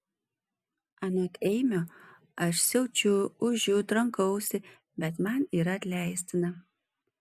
anot eimio aš siaučiu ūžiu trankausi bet man yra atleistina